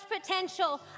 potential